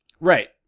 Right